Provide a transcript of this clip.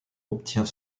obtient